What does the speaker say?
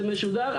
זה משודר,